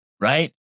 right